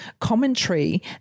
commentary